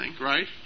Right